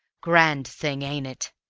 grand thing, ain't it?